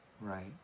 right